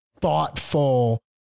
thoughtful